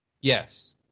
yes